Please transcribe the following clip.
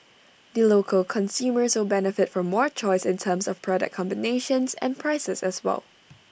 the local consumers will benefit from more choice in terms of product combinations and prices as well